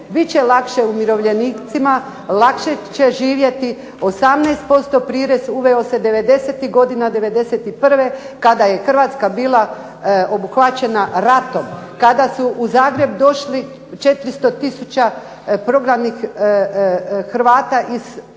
će lakše umirovljenicima, lakše će živjeti. 18% prirez uveo se '90., '91. kada je HRvatska bila obuhvaćena ratom, kada su u Zagreb došli 400 tisuća prognanih Hrvata i iz